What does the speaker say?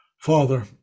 father